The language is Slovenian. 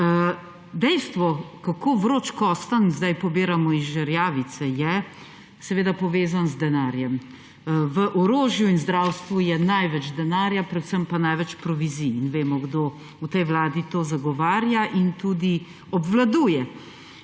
Dejstvo, kako vroč kostanj sedaj pobiramo iz žerjavice, je seveda povezano z denarjem. V orožju in zdravstvu je največ denarja, predvsem pa največ provizij. In vemo, kdo v tej vladi to zagovarja in tudi obvladuje.